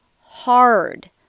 hard